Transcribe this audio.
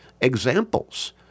examples